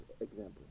example